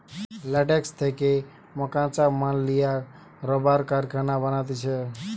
latex থেকে মকাঁচা মাল লিয়া রাবার কারখানায় বানাতিছে